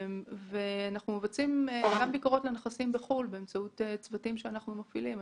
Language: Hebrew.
אנחנו מבצעים גם ביקורות לנכסים בחו"ל באמצעות הצוותים שאנחנו מפעילים.